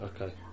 okay